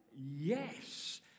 Yes